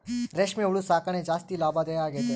ರೇಷ್ಮೆ ಹುಳು ಸಾಕಣೆ ಜಾಸ್ತಿ ಲಾಭದಾಯ ಆಗೈತೆ